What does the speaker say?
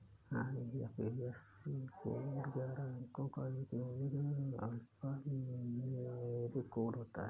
IFSC code ग्यारह अंको का एक यूनिक अल्फान्यूमैरिक कोड होता है